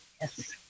Yes